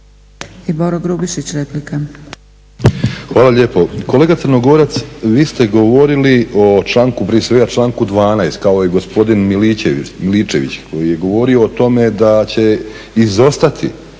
**Grubišić, Boro (HDSSB)** Hvala lijepo. Kolega Crnogorac, vi ste govorili o članku, prije svega članku 12. kao i gospodin Miličević koji je govorio o tome da će izostati